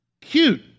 cute